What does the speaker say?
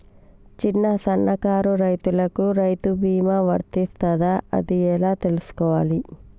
చిన్న సన్నకారు రైతులకు రైతు బీమా వర్తిస్తదా అది ఎలా తెలుసుకోవాలి?